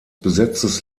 besetztes